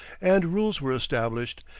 and rules were established,